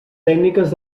tècniques